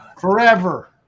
forever